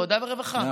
עבודה, רווחה ובריאות.